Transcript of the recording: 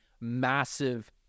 massive